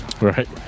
right